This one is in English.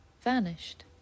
vanished